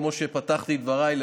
כמו שפתחתי את דבריי,